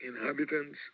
inhabitants